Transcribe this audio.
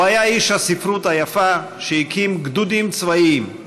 הוא היה איש הספרות היפה שהקים גדודים צבאיים,